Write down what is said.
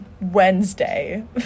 Wednesday